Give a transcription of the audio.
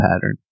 pattern